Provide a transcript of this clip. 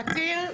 פתיר?